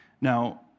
Now